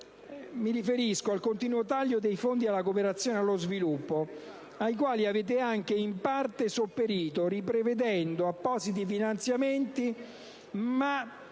mi riferisco ai continui tagli dei fondi per la cooperazione allo sviluppo, ai quali avete anche, in parte, sopperito, riprevedendo appositi finanziamenti, ma